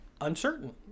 uncertain